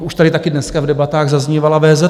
Už tady taky dneska v debatách zaznívala VZP.